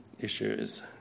issues